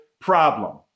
problem